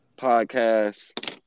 podcast